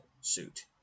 suit